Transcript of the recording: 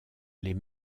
les